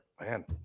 man